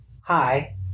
hi